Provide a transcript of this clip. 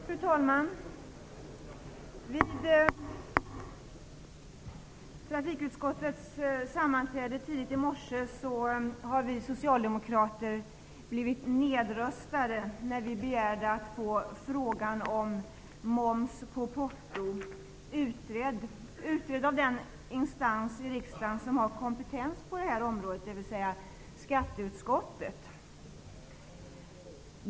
Fru talman! Vid trafikutskottets sammanträde tidigt i morse blev vi socialdemokrater nedröstade när vi begärde att få frågan om moms på porto utredd av den instans i riksdagen som har kompetens på det området, dvs. skatteutskottet.